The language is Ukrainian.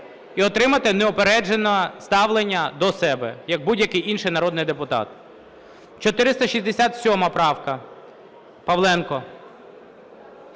і отримати неупереджене ставлення до себе як будь-який інший народний депутат. 467 правка. Павленко.